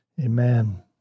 Amen